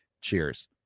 Cheers